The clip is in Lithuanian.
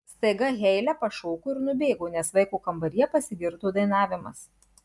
staiga heile pašoko ir nubėgo nes vaiko kambaryje pasigirdo dainavimas